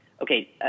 okay